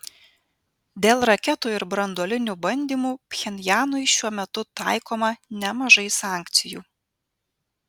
dėl raketų ir branduolinių bandymų pchenjanui šiuo metu taikoma nemažai sankcijų